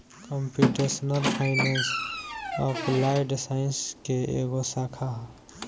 computational finance applied science के एगो शाखा ह